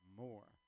more